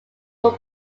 were